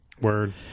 Word